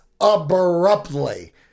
abruptly